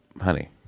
Honey